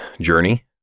journey